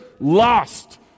lost